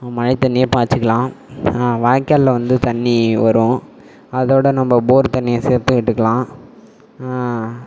மழைத்தண்ணியே பாய்ச்சுக்கலாம் வாய்க்காலில் வந்து தண்ணி வரும் அதோடு நம்ம போர் தண்ணியை சேர்த்து விட்டுக்கலாம்